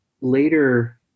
later